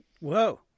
Whoa